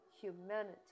humanity